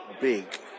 Big